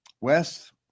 West